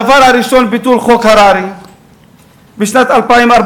הדבר הראשון, ביטול חוק נהרי בשנת 2014,